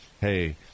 hey